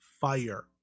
fire